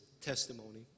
testimony